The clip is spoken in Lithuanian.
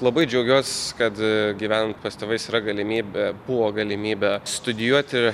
labai džiaugiuos kad gyvenant pas tėvais yra galimybė buvo galimybė studijuoti